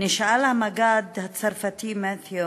נשאל המג"ד הצרפתי מאתייה